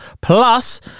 plus